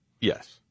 Yes